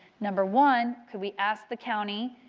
number one, could we ask the county,